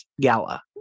gala